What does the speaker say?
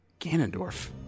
Ganondorf